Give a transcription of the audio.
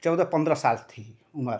चौदा पंद्रह साल थी उम्र